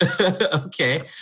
Okay